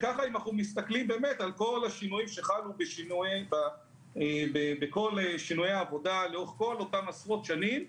אם אנחנו מסתכלים על כל השינויים שחלו בעבודה לאורך עשרות שנים,